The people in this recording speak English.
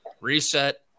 reset